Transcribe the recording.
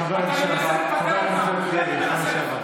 חבר הכנסת דרעי, השר לשעבר.